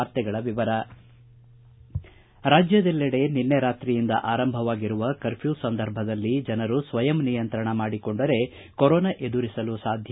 ವಾರ್ತೆಗಳ ವಿವರ ರಾಜ್ಕದೆಲ್ಲೆಡೆ ನಿನ್ನೆ ರಾತ್ರಿಯಿಂದ ಆರಂಭವಾಗಿರುವ ಕರ್ಫ್ಯೂ ಸಂದರ್ಭದಲ್ಲಿ ಜನರು ಸ್ವಯಂ ನಿಯಂತ್ರಣ ಮಾಡಿಕೊಂಡರೆ ಕೊರೋನಾ ಎದುರಿಸಲು ಸಾಧ್ಯ